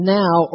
now